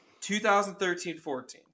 2013-14